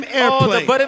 airplane